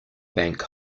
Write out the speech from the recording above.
bank